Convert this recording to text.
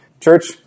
church